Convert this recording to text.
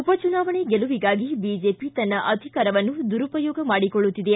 ಉಪಚುನಾವಣೆ ಗೆಲುವಿಗಾಗಿ ಬಿಜೆಪಿ ತನ್ನ ಅಧಿಕಾರವನ್ನು ದುರುಪಯೋಗ ಮಾಡಿಕೊಳ್ಳುತ್ತಿದೆ